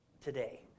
today